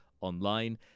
online